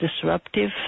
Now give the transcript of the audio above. disruptive